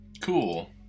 Cool